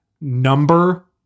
number